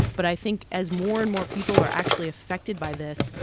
but i think as more and more people are actually affected by this,